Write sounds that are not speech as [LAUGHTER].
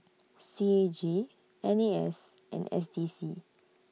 [NOISE] C A G N A S and S D C